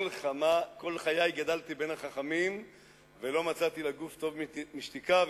כל חיי גדלתי בין החכמים ולא מצאתי לגוף טוב משתיקה,